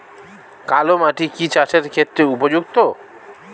কালো মাটি কি চাষের ক্ষেত্রে উপযুক্ত?